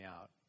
out